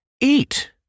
eat